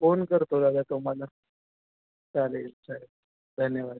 done करतो याच्याप्रमाणे चालेल चालेल धन्यवाद